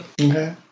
Okay